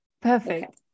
Perfect